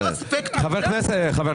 פרופ'